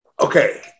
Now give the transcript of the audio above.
okay